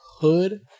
hood